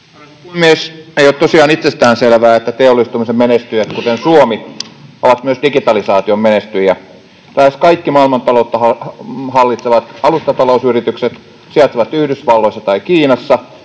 Ei ole tosiaan itsestäänselvää, että teollistumisen menestyjät, kuten Suomi, ovat myös digitalisaation menestyjiä. Lähes kaikki maailmantaloutta hallitsevat alustatalousyritykset sijaitsevat Yhdysvalloissa tai Kiinassa,